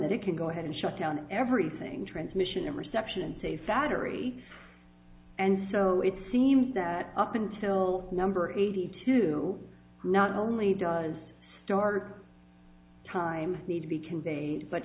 that it can go ahead and shut down everything transmission and reception say fat or e and so it seems that up until number eighty two not only does dark time need to be conveyed but